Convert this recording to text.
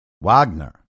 Wagner